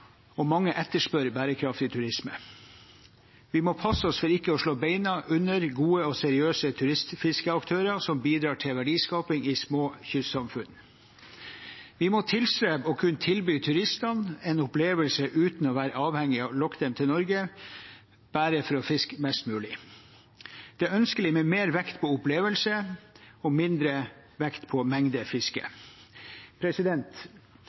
mange etterspør bærekraftig turisme. Vi må passe oss for å slå beina under gode og seriøse turistfiskeaktører som bidrar til verdiskaping i små kystsamfunn. Vi må tilstrebe å kunne tilby turistene en opplevelse uten å være avhengig av å lokke dem til Norge bare for å fiske mest mulig. Det er ønskelig med mer vekt på opplevelse og mindre vekt på